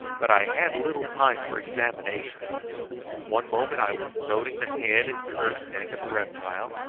but i had little time for examination one moment i was noting the head and curved neck of the reptile,